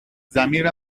ضمیر